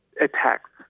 attacks